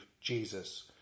Jesus